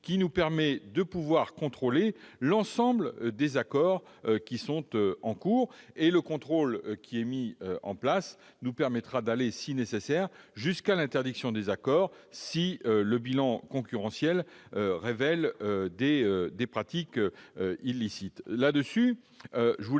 car elle permet de contrôler l'ensemble des accords en cours. Le contrôle, qui est mis en place, nous permettra d'aller, si nécessaire, jusqu'à l'interdiction des accords, si le bilan concurrentiel révèle des pratiques illicites.